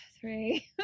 three